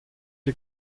die